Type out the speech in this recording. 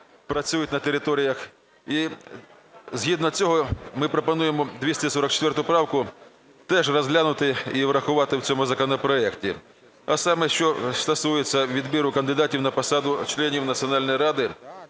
працюють на територіях. І згідно цього ми пропонуємо 244 правку теж розглянути і врахувати в цьому законопроекті. А саме, що стосується відбору кандидатів на посаду члена Національної ради,